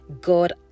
God